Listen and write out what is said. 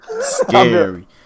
Scary